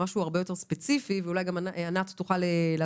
זה משהו הרבה יותר ספציפי ואולי גם ענת תוכל להסביר